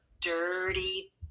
dirty